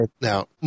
now